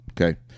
Okay